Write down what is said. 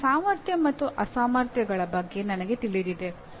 ನನ್ನ ಸಾಮರ್ಥ್ಯ ಮತ್ತು ಅಸಾಮರ್ಥ್ಯಗಳ ಬಗ್ಗೆ ನನಗೆ ತಿಳಿದಿದೆ